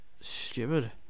stupid